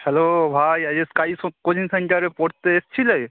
hello ভাই আজকে স্কাই সো কোচিং সেন্টারে পড়তে এসেছিলে